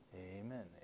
Amen